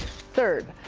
third,